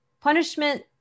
punishment